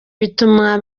bituma